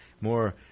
more